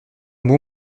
bon